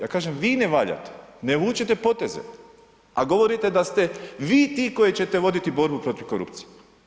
Ja kažem, vi ne valjate, ne vučete poteze, a govorite da ste vi ti koji ćete voditi borbu protiv korupcije.